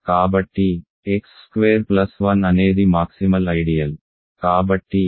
కాబట్టి x square plus 1 అనేది maximal ideal